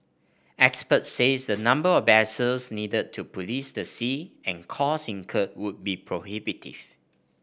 experts say the number of vessels needed to police the seas and costs incurred would be prohibitive